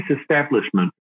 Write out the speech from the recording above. establishment